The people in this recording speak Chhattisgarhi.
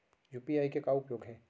यू.पी.आई के का उपयोग हे?